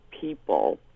people